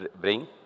bring